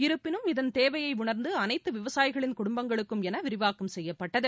இருப்பினும் இதன் தேவையை உணா்ந்து அனைத்து விவசாயிகளின் குடும்பங்களுக்கும் என விரிவாக்கம் செய்யப்பட்டது